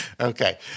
Okay